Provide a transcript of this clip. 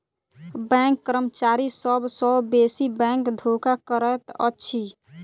bank कर्मचारी सभ सॅ बेसी बैंक धोखा करैत अछि